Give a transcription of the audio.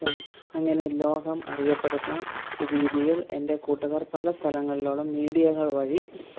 അപ്പം അങ്ങനെ ലോകം അറിയപ്പെടുന്ന രീതിയിൽ എൻ്റെ കൂട്ടുക്കാർ പല സ്ഥലങ്ങളിലും മീഡിയകൾ വഴി